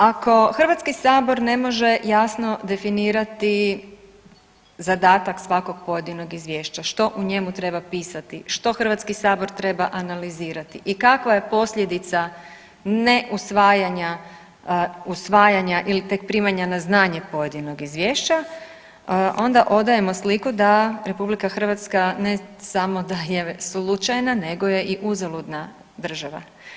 Ako Hrvatski sabor ne može jasno definirati zadatak svakog pojedinog izvješća što u njemu treba pisati, što Hrvatski sabor treba analizirati i kakva je posljedica ne usvajanje ili tek primanja na znanje pojedinog izvješća, onda odajemo sliku da Republika Hrvatska ne samo da je slučajna, nego je i uzaludna država.